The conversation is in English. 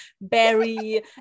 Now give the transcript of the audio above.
berry